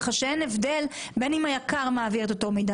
כך שאין הבדל בין היק"ר מעביר את אותו מידע